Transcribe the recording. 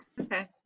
Okay